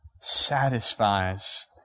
satisfies